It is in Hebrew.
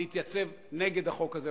להתייצב נגד החוק הזה.